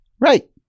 Right